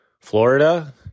Florida